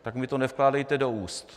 Tak mi to nevkládejte do úst.